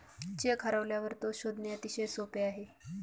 check हरवल्यावर तो शोधणे अतिशय सोपे आहे